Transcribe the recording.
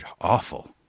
awful